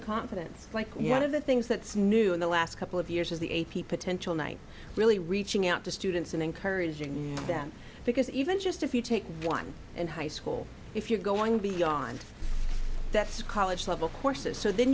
the confidence like one of the things that's new in the last couple of years is the a p potential night really reaching out to students and encouraging them because even just if you take one in high school if you're going beyond that's college level courses so then